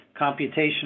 computational